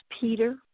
Peter